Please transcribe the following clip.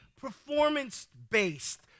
performance-based